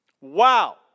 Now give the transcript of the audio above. Wow